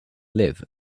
live